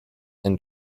and